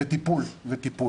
כבוד וטיפול.